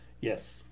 Yes